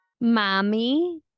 Mommy